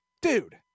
dude